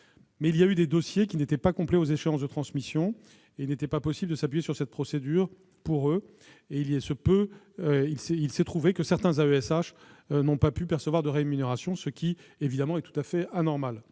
Pour les dossiers qui n'étaient pas complets aux échéances de transmission, il n'a pas été possible de s'appuyer sur cette procédure. Il s'en est ensuivi que certains AESH n'ont pas pu percevoir de rémunération, ce qui est évidemment tout à fait anormal.